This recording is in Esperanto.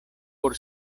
por